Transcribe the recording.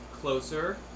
closer